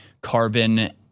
carbon